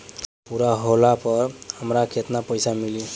समय पूरा होला पर हमरा केतना पइसा मिली?